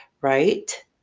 right